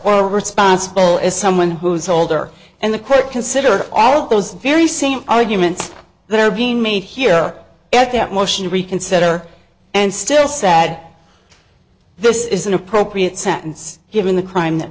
or responsible as someone who is older and the court considered all of those very same arguments that are being made here at that motion to reconsider and still sad this is an appropriate sentence given the crime that